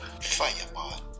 Fireball